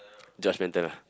judgemental lah